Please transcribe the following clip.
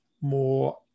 more